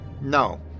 No